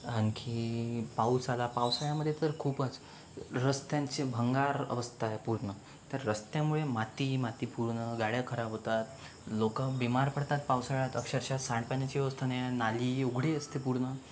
आणखी पाऊस आला पावसाळ्यामध्ये तर खूपच रस्त्यांची भंगार अवस्था आहे पूर्ण तर रस्त्यांमुळे माती माती पूर्ण गाड्या खराब होतात लोक बीमार पडतात पावसाळ्यात अक्षरशः सांडपाण्याची व्यवस्था नाही नाली उघडी असते पूर्ण